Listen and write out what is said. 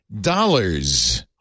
dollars